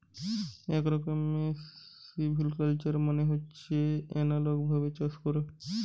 এক রকমের সিভিকালচার মানে হচ্ছে এনালগ ভাবে চাষ করা